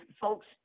folks